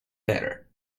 better